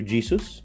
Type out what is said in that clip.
Jesus